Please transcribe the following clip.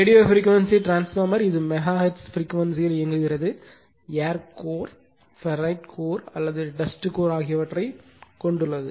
radio frequency transformer இது mega hertz frequency ல் இயங்குகிறது ஏர் கோர் ஃபெரைட் கோர் அல்லது டஸ்ட் கோர் ஆகியவற்றைக் கொண்டுள்ளது